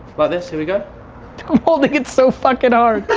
but this, here we go. i'm holding it so fucking hard. but